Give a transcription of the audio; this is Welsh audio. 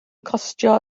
costio